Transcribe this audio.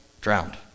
drowned